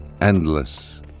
endless